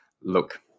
Look